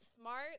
smart